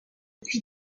depuis